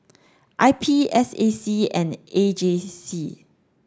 I P S A C and A G C